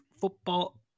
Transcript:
Football